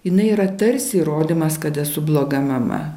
jinai yra tarsi įrodymas kad esu bloga mama